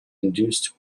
induced